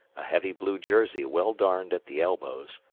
a heavy blue jersey well darned at the elbows,